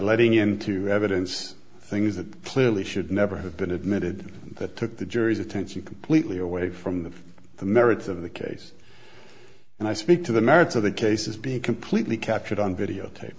letting into evidence things that clearly should never have been admitted that took the jury's attention completely away from the the merits of the case and i speak to the merits of the case as being completely captured on videotape